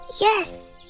Yes